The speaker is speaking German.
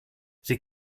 sie